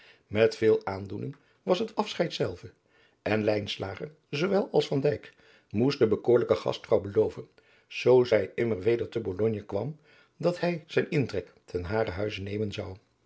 met veel aandoening was het afscheid zelve en lijnslager zoowel als van dijk moest de bekoorlijke gastvrouw beloven zoo hij immer weder te bologne kwam dat hij zijn intrek ten haren huize nemen zou